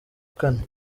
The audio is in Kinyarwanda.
kane